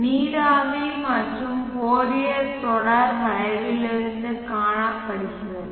நீராவி மற்றொரு ஃபோரியர் தொடர் வளைவிலிருந்து காணப்படுகிறது